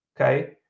Okay